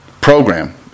program